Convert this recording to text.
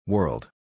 World